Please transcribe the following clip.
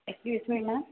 excuse me ma'am